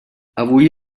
avui